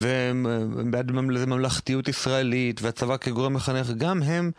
ובעד ממלכתיות ישראלית והצבא כגורם מחנך, גם הם